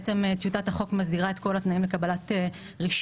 טיוטת החוק מסדירה את כל התנאים לקבלת רישוי,